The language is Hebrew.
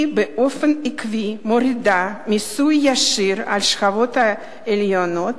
היא מורידה באופן עקבי את המיסוי הישיר על השכבות העליונות.